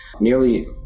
Nearly